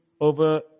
over